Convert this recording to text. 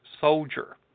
Soldier